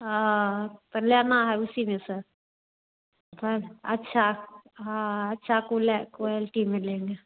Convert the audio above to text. ओ तो लेना है उसी में से अच्छा हाँ अच्छा क्वालिटी मिलेंगे